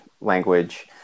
language